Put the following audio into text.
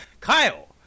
Kyle